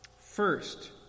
First